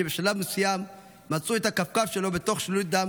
ובשלב מסוים מצאו את הכפכף שלו בתוך שלולית דם